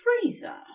freezer